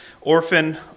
Orphan